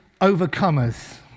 overcomers